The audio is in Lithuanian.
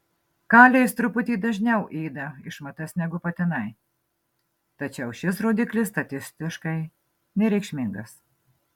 kalės truputį dažniau ėda išmatas negu patinai tačiau šis rodiklis statistiškai nereikšmingas